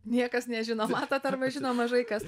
niekas nežino matot arba žino mažai kas